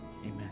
Amen